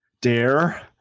Dare